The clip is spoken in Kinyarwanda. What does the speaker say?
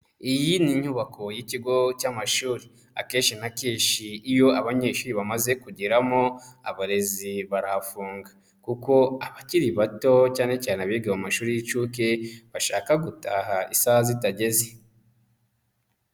Iyi ni inyubako y'ikigo cy'amashuri, akenshi na keshi iyo abanyeshuri bamaze kugeramo abarezi barahafunga kuko abakiri bato cyane cyane abiga mu mashuri y'incuke bashaka gutaha isaha zitageze.